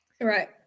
Right